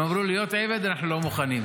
הם אמרו: להיות עבד אנחנו לא מוכנים.